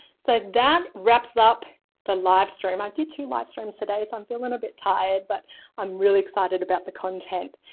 so that wraps up the live stream. i did two live streams today. so i'm feeling a bit tired, but i'm really excited about the content.